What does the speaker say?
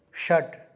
षट्